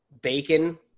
bacon